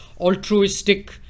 altruistic